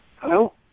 Hello